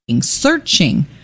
searching